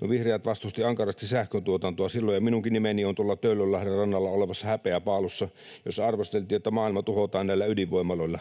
No vihreät vastustivat ankarasti sähköntuotantoa silloin, ja minunkin nimeni on tuolla Töölönlahden rannalla olevassa häpeäpaalussa, jossa arvosteltiin, että maailma tuhotaan näillä ydinvoimaloilla.